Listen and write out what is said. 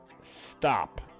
Stop